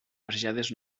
passejades